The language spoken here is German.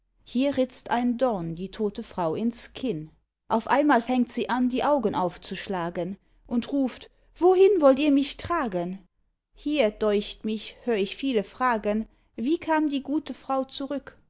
hier ritzt ein dorn die tote frau ins kinn auf einmal fängt sie an die augen aufzuschlagen und ruft wohin wollt ihr mich tragen hier deucht mich hör ich viele fragen wie kam die gute frau zurück